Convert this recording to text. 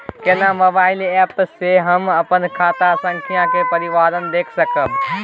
केना mobile app से हम अपन खाता संख्या के विवरण देख सकब?